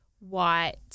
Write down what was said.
white